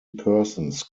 persons